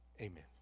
Amen